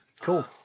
cool